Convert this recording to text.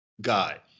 guy